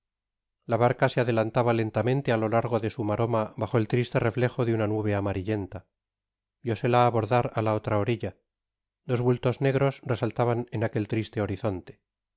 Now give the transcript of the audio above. la barca se adelantaba lentamente á lo largo de su maroma bajo el triste reflejo de una nube amarillenta viósela abordar á la otra orilla dos bultos negros resallaban en aquel triste horizonte